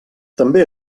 també